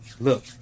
look